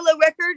record